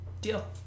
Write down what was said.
deal